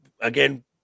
again